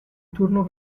turno